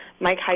Mike